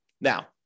Now